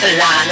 la